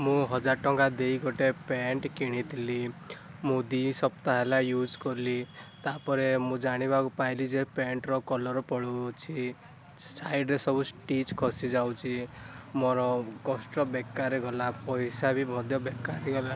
ମୁଁ ହଜାର ଟଙ୍କା ଦେଇ ଗୋଟେ ପ୍ୟାଣ୍ଟ କିଣିଥିଲି ମୁଁ ଦୁଇ ସପ୍ତାହ ହେଲା ୟ୍ୟୁଜ୍ କଲି ତା'ପରେ ମୁଁ ଜାଣିବାକୁ ପାଇଲି ଯେ ପ୍ୟାଣ୍ଟର କଲର୍ ପଳାଉଅଛି ସାଇଡ଼ରେ ସବୁ ଷ୍ଟିଚ୍ ଖସିଯାଉଛି ମୋର କଷ୍ଟ ବେକାରେ ଗଲା ପଇସା ବି ମଧ୍ୟ ବେକାରେ ଗଲା